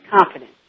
confidence